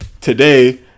today